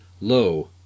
Lo